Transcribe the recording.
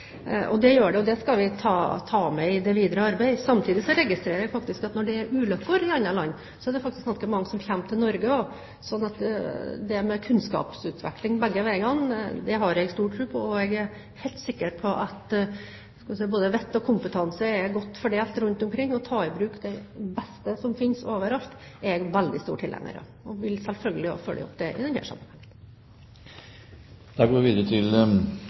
Det gjør det, og det skal vi ta med i det videre arbeid. Samtidig registrerer jeg at når det er ulykker i andre land, er det faktisk ganske mange som kommer til Norge også, så det med kunnskapsutvikling begge veier har jeg stor tro på. Jeg er helt sikker på at både vett og kompetanse er godt fordelt rundt omkring, og å ta i bruk det beste som finnes overalt, er jeg veldig stor tilhenger av. Jeg vil selvfølgelig følge opp det i denne sammenheng. Vi går da tilbake til spørsmål 6, fra representanten Torbjørn Røe Isaksen til